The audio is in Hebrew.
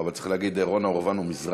אבל צריך להגיד רונה אורובנו-מזרחי,